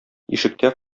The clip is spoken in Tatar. ишектә